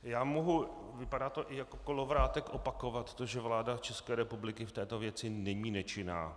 Já mohu, vypadá to i jako kolovrátek, opakovat to, že vláda České republiky v této věci není nečinná.